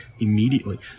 immediately